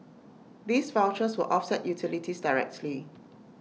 these vouchers will offset utilities directly